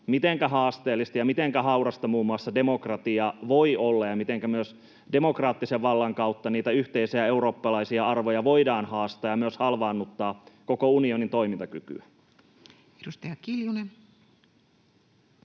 mitenkä haasteellista ja mitenkä haurasta muun muassa demokratia voi olla ja mitenkä myös demokraattisen vallan kautta niitä yhteisiä eurooppalaisia arvoja voidaan haastaa ja myös halvaannuttaa koko unionin toimintakykyä. [Speech